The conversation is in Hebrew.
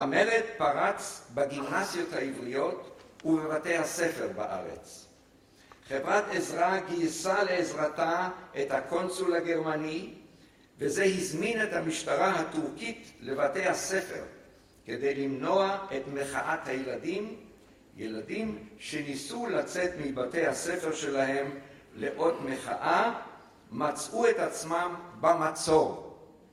המלך פרץ בגימנסיות העבריות ובבתי הספר בארץ. חברת עזרא גייסה לעזרתה את הקונסול הגרמני, וזה הזמין את המשטרה הטורקית לבתי הספר, כדי למנוע את מחאת הילדים, ילדים שניסו לצאת מבתי הספר שלהם לאות מחאה, מצאו את עצמם במצור.